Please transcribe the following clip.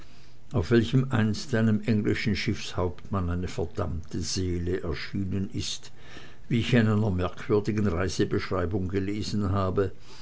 auf welchem einst einem englischen schiffshauptmann eine verdammte seele erschienen ist wie ich in einer merkwürdigen reisebeschreibung gelesen habe